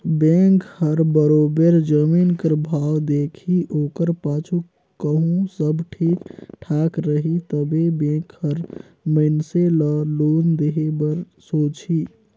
bank हर बरोबेर जमीन कर भाव देखही ओकर पाछू कहों सब ठीक ठाक रही तबे बेंक हर मइनसे ल लोन देहे बर सोंचही